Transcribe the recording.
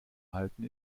halten